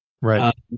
Right